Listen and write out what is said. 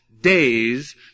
days